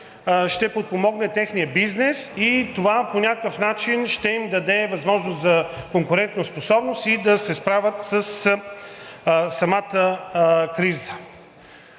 предприемачи – техния бизнес, и това по някакъв начин ще им даде възможност за конкурентоспособност и да се справят със самата криза.